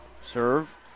Serve